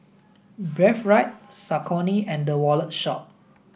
Breathe Right Saucony and The Wallet Shop